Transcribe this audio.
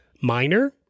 minor